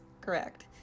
Correct